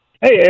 Hey